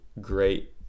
great